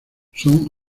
son